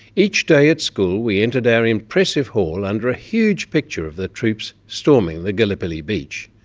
each day at school we entered our impressive hall under a huge picture of the troops storming the gallipoli beach,